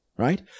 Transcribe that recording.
Right